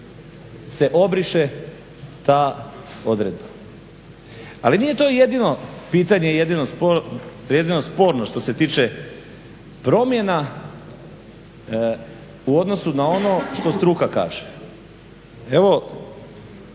se obriše ta odredba. Ali nije to jedino pitanje i jedino sporno što se tiče promjena u odnosu na ono što struka kaže. Evo